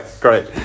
great